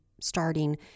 starting